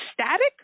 static